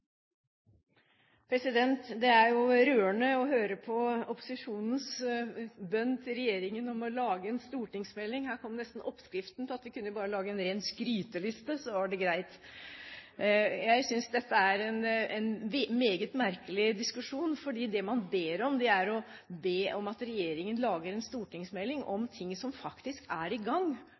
den. Det er jo rørende å høre på opposisjonens bønn til regjeringen om å lage en stortingsmelding. Her kom nesten oppskriften; vi kunne bare lage en ren skryteliste, så var det greit. Jeg synes dette er en meget merkelig diskusjon, fordi det man ber om, er at regjeringen lager en stortingsmelding om ting som faktisk er i gang